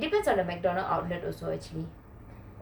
it depends on the McDonalds outlet also actually